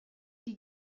die